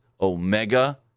Omega